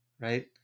right